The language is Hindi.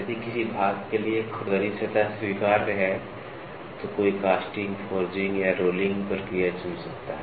यदि किसी भाग के लिए खुरदरी सतह स्वीकार्य है तो कोई कास्टिंग फोर्जिंग या रोलिंग प्रक्रिया चुन सकता है